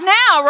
now